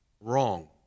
wrong